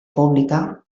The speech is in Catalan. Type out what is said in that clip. pública